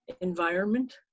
environment